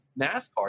NASCAR